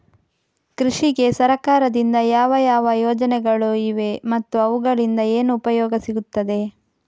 ಕೃಷಿಗೆ ಸರಕಾರದಿಂದ ಯಾವ ಯಾವ ಯೋಜನೆಗಳು ಇವೆ ಮತ್ತು ಅವುಗಳಿಂದ ಏನು ಉಪಯೋಗ ಸಿಗುತ್ತದೆ?